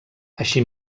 així